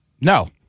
No